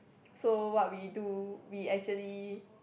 so what we do we actually